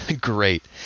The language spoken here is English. Great